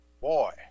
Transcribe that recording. Boy